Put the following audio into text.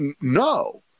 No